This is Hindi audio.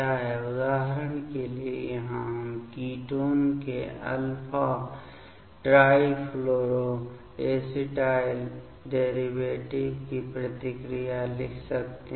उदाहरण के लिए यहाँ हम कीटोन के अल्फा ट्राइफ्लोरो एसिटाइल डेरिवेटिव की प्रतिक्रिया लिख सकते हैं